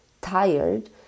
tired